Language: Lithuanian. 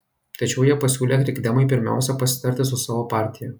tačiau jie pasiūlė krikdemui pirmiausia pasitarti su savo partija